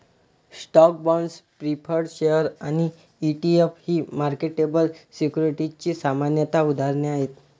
stocks, bonds, preferred shares आणि ETF ही marketable सिक्युरिटीजची सामान्य उदाहरणे आहेत